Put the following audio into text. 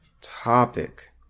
topic